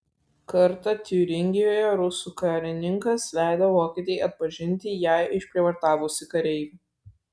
kartą tiuringijoje rusų karininkas leido vokietei atpažinti ją išprievartavusį kareivį